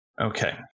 Okay